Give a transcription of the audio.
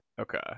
Okay